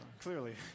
Clearly